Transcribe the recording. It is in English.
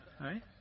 right